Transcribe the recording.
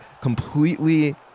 completely